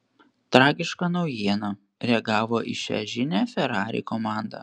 tragiška naujiena reagavo į šią žinią ferrari komanda